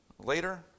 Later